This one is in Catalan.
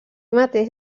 mateix